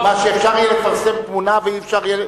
שאפשר יהיה לפרסם תמונה ולא היה אפשר,